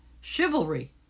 Chivalry